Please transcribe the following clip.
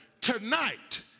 tonight